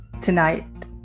Tonight